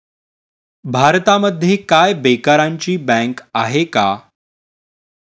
भारतामध्ये काय बेकारांची बँक आहे का?